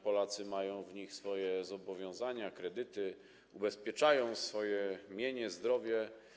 Polacy mają w nich swoje zobowiązania, kredyty, ubezpieczają swoje mienie, zdrowie.